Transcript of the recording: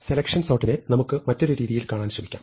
selection സോർട്ടിനെ നമുക്ക് മറ്റൊരു രീതിയിൽ കാണാൻ ശ്രമിക്കാം